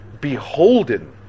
beholden